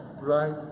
right